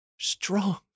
strong